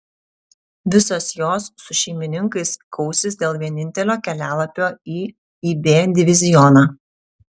visos jos su šeimininkais kausis dėl vienintelio kelialapio į ib divizioną